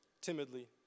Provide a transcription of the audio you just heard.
timidly